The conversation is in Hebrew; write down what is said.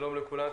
שלום לכולם,